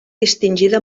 distingida